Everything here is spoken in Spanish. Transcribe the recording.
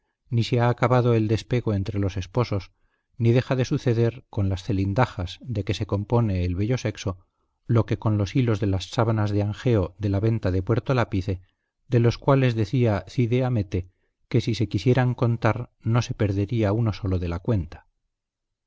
ni se ha acabado el despego entre los esposos ni deja de suceder con las zelindajas de que se compone el bello sexo lo que con los hilos de las sábanas de angeo de la venta de puerto lápice de los cuales decía cide hamete que si se quisieran contar no se perdería uno solo de la cuenta